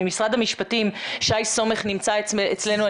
ממשרד המשפטים, שי סומך נמצא אצלנו.